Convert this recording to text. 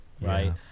right